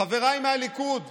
חבריי מהליכוד,